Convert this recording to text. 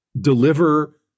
deliver